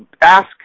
ask